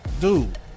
dude